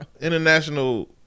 international